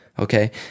okay